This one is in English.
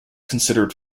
considered